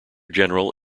general